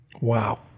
Wow